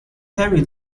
perry